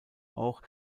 auch